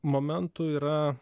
momentų yra